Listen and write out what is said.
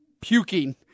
Puking